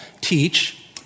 teach